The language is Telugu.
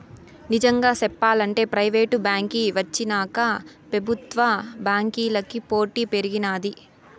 నిజంగా సెప్పాలంటే ప్రైవేటు బాంకీ వచ్చినాక పెబుత్వ బాంకీలకి పోటీ పెరిగినాది